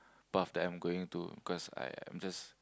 path that I'm going to because I am just